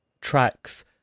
tracks